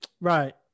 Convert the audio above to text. Right